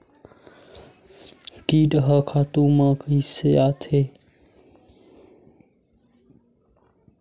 कीट ह खातु म कइसे आथे?